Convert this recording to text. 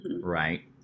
right